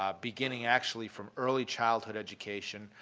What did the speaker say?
ah beginning actually from early childhood education,